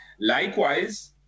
Likewise